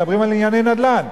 מדברים על ענייני נדל"ן.